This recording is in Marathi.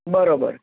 बरोबर